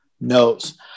knows